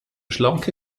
schlanke